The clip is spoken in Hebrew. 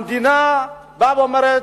המדינה באה ואומרת,